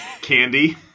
Candy